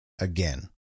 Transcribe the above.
again